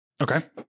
Okay